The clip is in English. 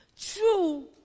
True